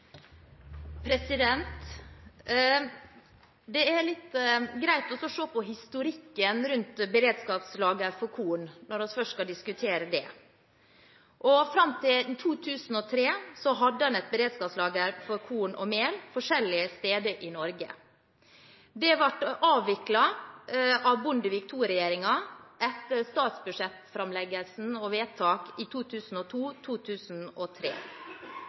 Det er litt greit å se på historikken til beredskapslager for korn når vi først skal diskutere det. Fram til 2003 hadde en beredskapslager for korn og mel forskjellige steder i Norge. Dette ble avviklet av Bondevik II-regjeringen etter statsbudsjettframleggelse og vedtak i